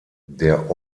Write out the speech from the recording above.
der